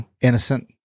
Innocent